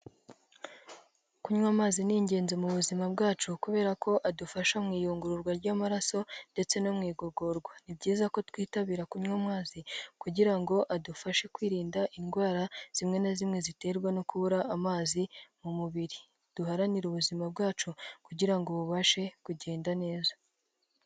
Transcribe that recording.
Kunywa amazi ni ingenzi mu buzima bwacu kubera ko adufasha mu iyungururwa ry'amaraso ndetse no mu igogorwa, ni byiza ko twitabira kunywa amazi kugira ngo adufashe kwirinda indwara zimwe na zimwe ziterwa no kubura amazi mu mubiri, duharanire ubuzima bwacu kugira ngo bubashe kugenda neza.